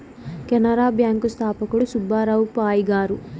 Canara bank స్థాపకుడు సుబ్బారావు పాయ్ గారు